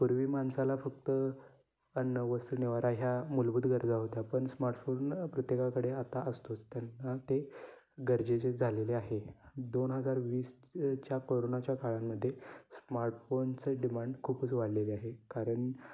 पूर्वी माणसाला फक्त अन्न वस्त्र निवारा ह्या मूलभूत गरजा होत्या पण स्मार्टफोन प्रत्येकाकडे आता असतोच त्यांना ते गरजेचे झालेले आहे दोन हजार वीसच्या कोरोनाच्या काळामध्ये स्मार्टफोनचं डिमांड खूपच वाढलेले आहे कारण